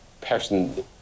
person